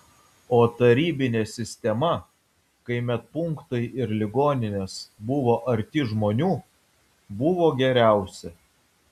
o tarybinė sistema kai medpunktai ir ligoninės buvo arti žmonių buvo geriausia